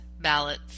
ballots